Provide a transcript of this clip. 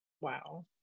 Wow